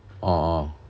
orh